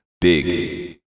Big